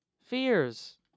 Fears